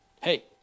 Hey